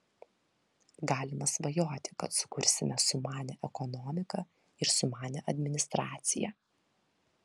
galima svajoti kad sukursime sumanią ekonomiką ir sumanią administraciją